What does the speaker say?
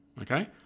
Okay